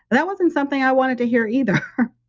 that wasn't something i wanted to hear either.